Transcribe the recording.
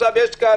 יש כאן